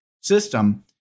system